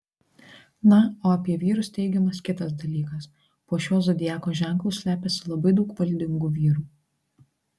na o apie vyrus teigiamas kitas dalykas po šiuo zodiako ženklu slepiasi labai daug valdingų vyrų